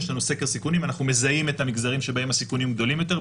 יש לנו סקר סיכונים ואנחנו מזהים את המגזרים שבהם הסיכונים גדולים יותר.